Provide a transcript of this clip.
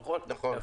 נכון?